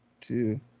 Two